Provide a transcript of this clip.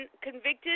convicted